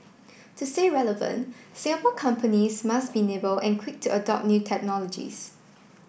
to say relevant Singapore companies must be nimble and quick to adopt new technologies